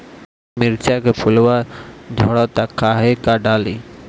मिरचा के फुलवा झड़ता काहे का डाली?